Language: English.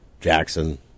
Jackson